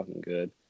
good